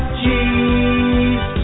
cheese